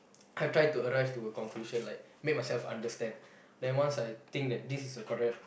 I try to arrive to a conclusion like make myself understand then once I think that this is correct